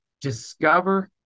discover